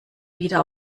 wieder